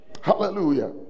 Hallelujah